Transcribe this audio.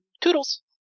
toodles